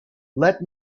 let